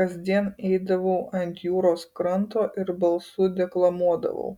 kasdien eidavau ant jūros kranto ir balsu deklamuodavau